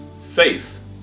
faith